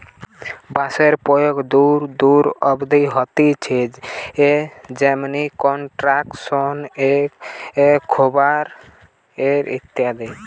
বাঁশের প্রয়োগ দূর দূর অব্দি হতিছে যেমনি কনস্ট্রাকশন এ, খাবার এ ইত্যাদি